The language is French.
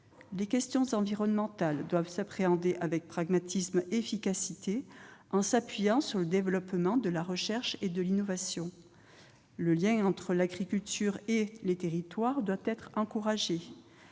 Les questions environnementales doivent être appréhendées avec pragmatisme et efficacité, en s'appuyant sur le développement de la recherche et de l'innovation. Le lien entre l'agriculture et les territoires doit être encouragé.